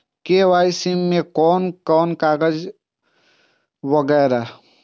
KYC में कोन कोन कागज वगैरा?